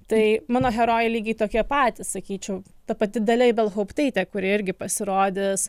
tai mano herojai lygiai tokie patys sakyčiau ta pati dalia ibelhauptaitė kuri irgi pasirodys